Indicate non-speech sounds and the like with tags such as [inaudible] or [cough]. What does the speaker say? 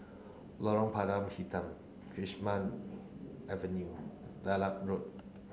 Lorong Pada Hitam [unintelligible] Avenue Dedap Road